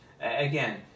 Again